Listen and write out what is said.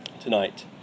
tonight